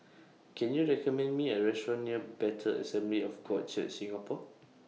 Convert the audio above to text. Can YOU recommend Me A Restaurant near Bethel Assembly of God Church Singapore